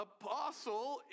apostle